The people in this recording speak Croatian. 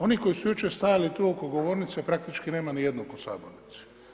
Oni koji su jučer stajali tu oko govornice praktički nema nijednoga u Sabornici.